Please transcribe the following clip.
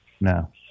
No